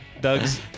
Doug's